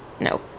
nope